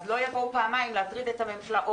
אז לא יבואו פעמים להטריד את הממשלה,